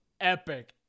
epic